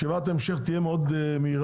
ישיבת ההמשך תהיה מאוד מהירה.